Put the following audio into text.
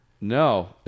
No